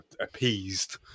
appeased